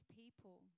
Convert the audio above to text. people